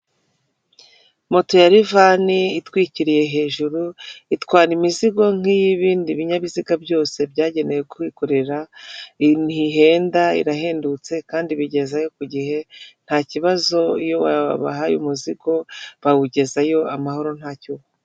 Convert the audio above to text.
Moto ya lifani itwikiriye hejuru; itwara imizigo nk'iy'ibindi binyabiziga byose byagenewe kwikorera, ntihenda irahendutse kandi ibigezayo ku gihe, nta kibazo iyo wayihaye umuzigo bawugezayo amahoro ntacyo.